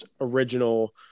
original